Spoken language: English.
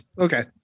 Okay